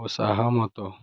ଅସାହମତ